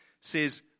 says